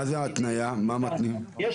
מה זו ההתניה?